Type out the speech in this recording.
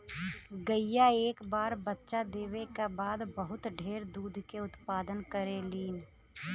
गईया एक बार बच्चा देवे क बाद बहुत ढेर दूध के उत्पदान करेलीन